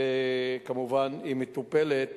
וכמובן היא מטופלת